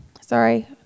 Sorry